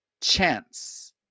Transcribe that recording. chance